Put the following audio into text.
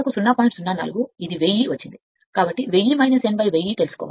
04 ఈ S1 1000 వచ్చింది కాబట్టి తెలుసుకోవాలి